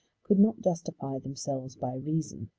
could not justify themselves by reason.